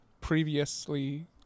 previously